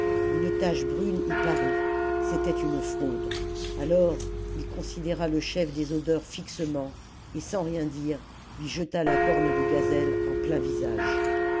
une tache brune y parut c'était une fraude alors ii considéra le chef des odeurs fixement et sans rien dire lui jeta la corne de gazelle en plein visage